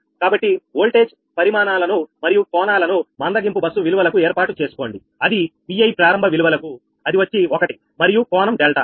కాబట్టి ఓల్టేజ్ పరిమాణాలను మరియు కోణాలను మందగింపు బస్సు విలువలకు ఏర్పాటు చేసుకోండి అది Vi ప్రారంభ విలువలకు అది వచ్చి 1 మరియు కోణం డెల్టా